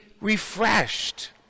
refreshed